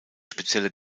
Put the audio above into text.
spezielle